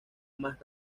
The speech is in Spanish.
más